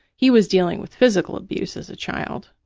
he was dealing with physical abuse as a child.